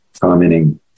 commenting